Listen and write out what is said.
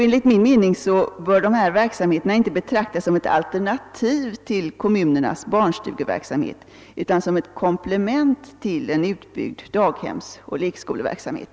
Enligt min mening bör dessa verksamheter inte betraktas såsom alternativ till kommunernas barnstugeverksamhet utan såsom ett komplement till en utbyggd daghemsoch lekskoleverksamhet.